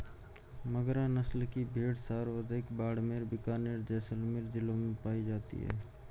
मगरा नस्ल की भेड़ सर्वाधिक बाड़मेर, बीकानेर, जैसलमेर जिलों में पाई जाती है